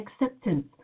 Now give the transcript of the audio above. acceptance